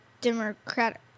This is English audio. democratic